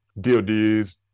DoD's